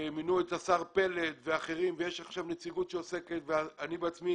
ומינו את השר פלד ואחרים ויש עכשיו נציגות שעוסקת ואני בעצמי